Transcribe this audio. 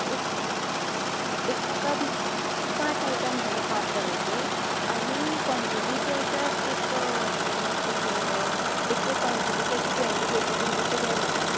एक एक म्हाका पांच आयटम जाय पांच तरांंचे आनी काँटिटी जी आसा एक ओलमोस्ट एक एके काँटिटीचे अशी ट्वेंटी केजी बीन तशें जाय म्हाका